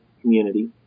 community